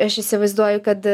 aš įsivaizduoju kad